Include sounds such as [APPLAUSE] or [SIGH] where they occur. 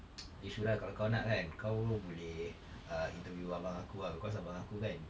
[NOISE] eh shura kalau kau nak kan kau boleh err interview abang aku ah because abang aku kan